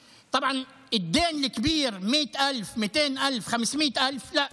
או מישהו שרוצה ללכת לבקר את הבת שלו במסיבת הסיום לתואר שלה.